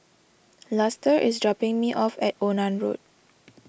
Luster is dropping me off at Onan Road